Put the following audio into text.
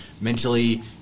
mentally